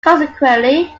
consequently